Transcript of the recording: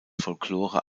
folklore